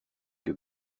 que